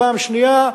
פעם שנייה,